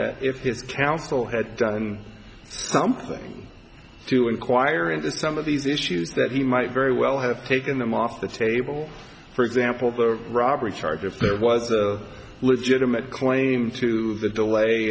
that if his counsel had done something to enquire into some of these issues that he might very well have taken them off the table for example the robbery charge if there was a legitimate claim to the d